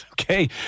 Okay